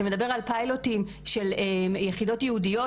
שמדבר על פיילוטים של יחידות ייעודיות,